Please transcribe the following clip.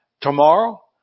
tomorrow